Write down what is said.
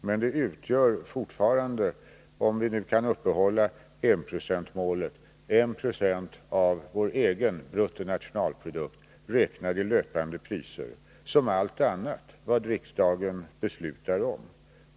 Men det utgör fortfarande, om vi nu kan uppehålla enprocentsmålet, 1 90 av vår egen bruttonationalprodukt, räknat i löpande priser — liksom allt annat som riksdagen beslutar om.